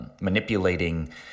manipulating